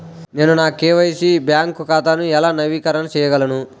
నేను నా KYC bank ఖాతాను ఎలా నవీకరణ చేయగలను?